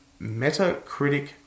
Metacritic